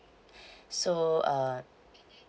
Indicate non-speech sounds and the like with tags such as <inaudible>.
<breath> so uh